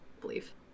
believe